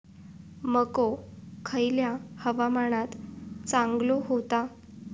मको खयल्या हवामानात चांगलो होता?